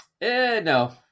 No